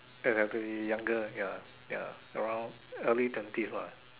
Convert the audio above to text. exactly younger ya ya around early twenties lah